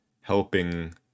helping